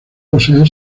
posee